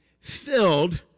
Filled